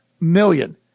million